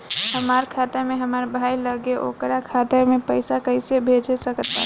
हमार खाता से हमार भाई लगे ओकर खाता मे पईसा कईसे भेज सकत बानी?